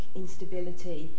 instability